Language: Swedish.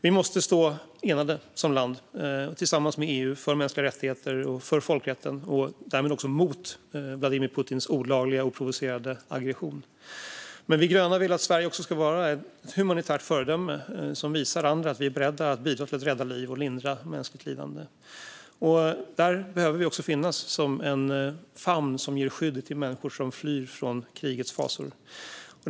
Vi måste stå enade som land, tillsammans med EU, för mänskliga rättigheter och för folkrätten och därmed också mot Vladimir Putins olagliga och oprovocerade aggression. Vi gröna vill att Sverige ska vara ett humanitärt föredöme som visar andra att Sverige är berett att bidra till att rädda liv och lindra mänskligt lidande. Sverige behöver finnas som en famn som ger skydd till människor som flyr från krigets fasor.